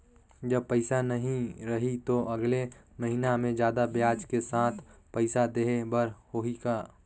जब पइसा नहीं रही तो अगले महीना मे जादा ब्याज के साथ पइसा देहे बर होहि का?